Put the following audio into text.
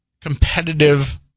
competitive